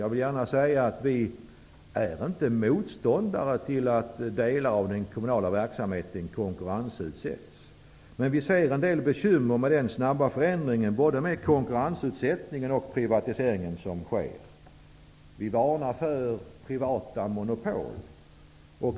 Jag vill gärna säga att vi inte är motståndare till att delar av den kommunala verksamheten konkurrensutsätts, men vi ser en del bekymmer med den snabba förändring som sker med både konkurrensutsättningen och privatiseringen. Vi varnar för privata monopol.